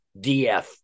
DF